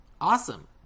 awesome